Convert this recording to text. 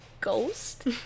ghost